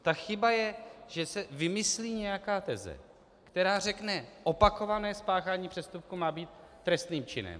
Ta chyba je, že se vymyslí nějaká teze, která řekne: Opakované spáchání přestupku má být trestným činem.